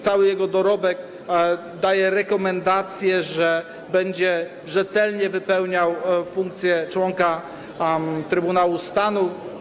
Cały jego dorobek daje rekomendację, że będzie rzetelnie wypełniał funkcję członka Trybunału Stanu.